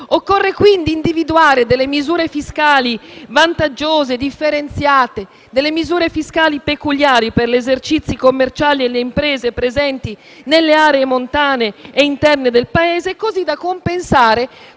occorre individuare delle misure fiscali vantaggiose, differenziate e peculiari per gli esercizi commerciali e le imprese presenti nelle aree montane e interne del Paese, così da compensare